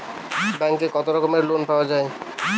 ব্যাঙ্কে কত রকমের লোন পাওয়া য়ায়?